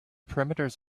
parameters